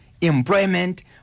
employment